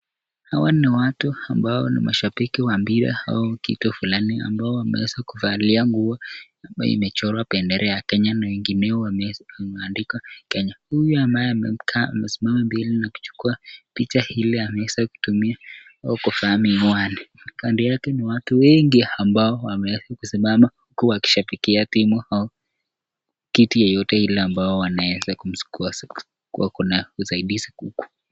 Hawa ni watu ambao ni mashabiki wa mpira au kitu flani ambao wameweza kuvalia nguo ambaye imechorwa bendera ya Kenya na wengineo imeandikwa Kenya. Huyu ambaye amesimama mbele na kuchukua picha ili aweze kutumia au kuvaa miwani, kando yake ni watu wengi ambao wamesimama huku wakishabikia team au kitu yoyote ile ambao wanaezakumsik--wako na usaidizi kuku...